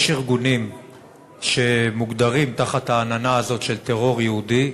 ארגונים שמוגדרים תחת העננה הזאת של "טרור יהודי"